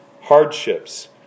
hardships